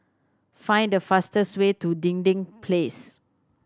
find the fastest way to Dinding Place